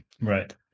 right